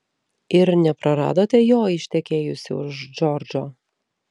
ir nepraradote jo ištekėjusi už džordžo